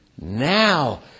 now